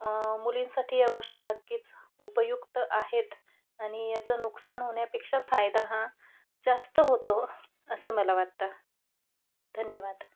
मुलींसाठी या गोष्टी नक्कीच उपयुक्त आहेत आणि याचं नुकसान होण्यापेक्षा फायदा हा जास्त होतो असं मला वाटतं धन्यवाद